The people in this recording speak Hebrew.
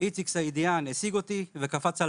איציק סעידיאן השיג אותי וקפץ על